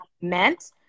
meant